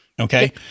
Okay